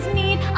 need